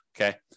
okay